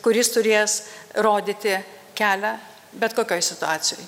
kuris turės rodyti kelią bet kokioj situacijoj